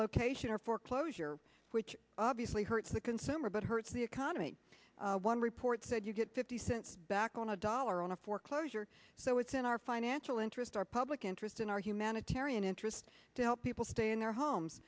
dislocation or foreclosure which obviously hurts the consumer but hurts the economy one report said you get fifty cents back on a dollar on a foreclosure so it's in our financial interest our public interest in our humanitarian interest to help people stay in their homes